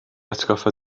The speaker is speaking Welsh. atgoffa